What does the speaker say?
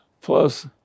plus